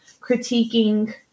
critiquing